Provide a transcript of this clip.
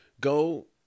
Go